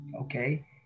Okay